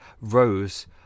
rose